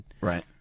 Right